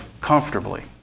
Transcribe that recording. comfortably